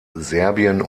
serbien